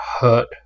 hurt